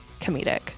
comedic